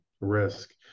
risk